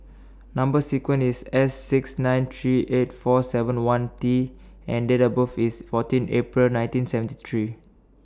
Number sequence IS S six nine three eight four seven one T and Date of birth IS fourteen April nineteen seventy three